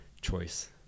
choice